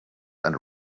and